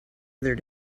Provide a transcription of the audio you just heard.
other